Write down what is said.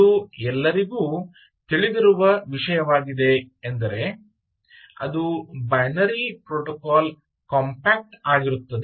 ಅದು ಎಲ್ಲರಿಗೂ ತಿಳಿದಿರುವ ವಿಷಯವಾಗಿದೆ ಎಂದರೆ ಅದು ಬೈನರಿ ಪ್ರೊಟೊಕಾಲ್ ಕಾಂಪ್ಯಾಕ್ಟ್ ಆಗಿರುತ್ತದೆ